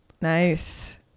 Nice